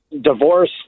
Divorce